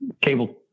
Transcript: Cable